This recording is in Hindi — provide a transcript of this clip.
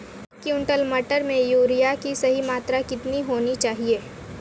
एक क्विंटल मटर में यूरिया की सही मात्रा कितनी होनी चाहिए?